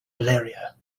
valeria